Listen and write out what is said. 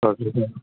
okay sir